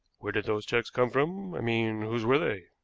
where did those checks come from i mean whose were they?